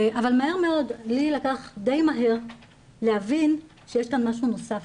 אבל לי לקח די מהר להבין שיש כאן משהו נוסף,